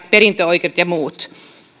perintöoikeudet ja muut